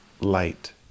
light